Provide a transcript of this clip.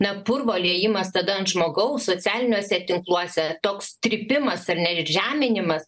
neapurvo liejimas tada ant žmogaus socialiniuose tinkluose toks trypimas ar ne ir žeminimas